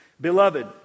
Beloved